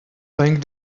playing